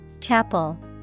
Chapel